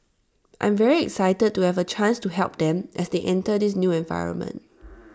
I'm very excited to have A chance to help them as they enter this new environment